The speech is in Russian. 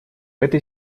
этой